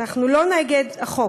אנחנו לא נגד החוק,